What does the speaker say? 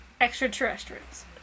Extraterrestrials